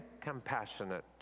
compassionate